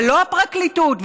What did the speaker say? ולא הפרקליטות,